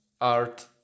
art